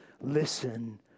Listen